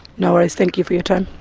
no worries, thank you for your time.